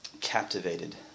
captivated